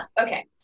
Okay